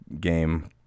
game